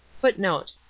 Footnote